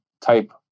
type